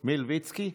מלביצקי?